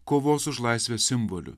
kovos už laisvę simboliu